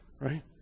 right